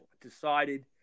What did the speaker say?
decided